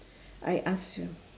I ask you